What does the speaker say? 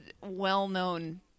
well-known